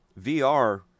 vr